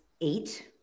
eight